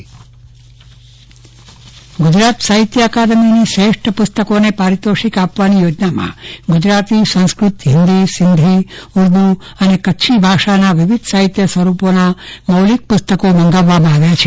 ચંદ્રવદન પટ્ટણી ગુજરાત સાહિત્ય અકાદમી ગુજરાત સાહિત્ય અકાદમીની શ્રેષ્ઠ પુસ્તકોને પારિતોષિક આપવાની યોજનામાં ગુજરાતી સંસ્ક્રત હિન્દી સિંધી ઉર્દ્ર અને કચ્છી ભાષાના વિવિધ સાહિત્ય સ્વરૂપોના મૌલિક પ્રસ્તકો મંગાવવામાં આવ્યા છે